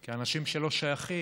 כאנשים שלא שייכים.